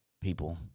people